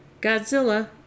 godzilla